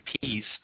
peace